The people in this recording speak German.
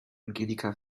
angelika